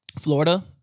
Florida